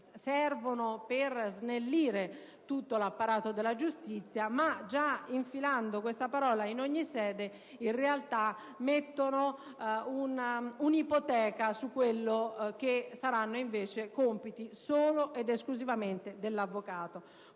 servono molto a snellire l'apparato della giustizia, ma inserendo le parole «in ogni sede» in realtà si mette un'ipoteca su quelli che saranno invece compiti solo ed esclusivamente dell'avvocato.